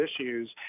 issues